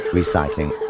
recycling